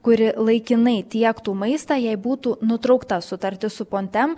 kuri laikinai tiektų maistą jei būtų nutraukta sutartis su pontem